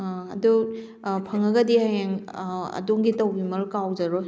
ꯑꯥ ꯑꯗꯨ ꯐꯪꯉꯒꯗꯤ ꯍꯌꯦꯡ ꯑꯗꯣꯝꯒꯤ ꯇꯧꯕꯤꯃꯜ ꯀꯥꯎꯖꯔꯣꯏ